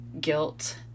guilt